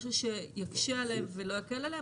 משהו שיקשה עליהם ולא יקל עליהם,